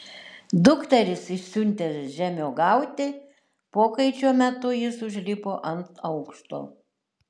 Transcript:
dukteris išsiuntęs žemuogiauti pokaičio metu jis užlipo ant aukšto